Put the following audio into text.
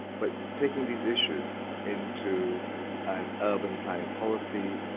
but taking these issues into an urban planning policy,